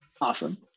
awesome